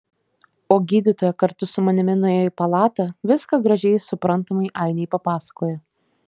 o gydytoja kartu su manimi nuėjo į palatą viską gražiai suprantamai ainei papasakojo